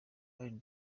alan